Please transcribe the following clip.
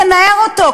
תנער אותו,